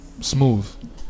Smooth